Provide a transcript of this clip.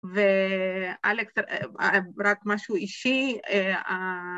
ואלכס, רק משהו אישי...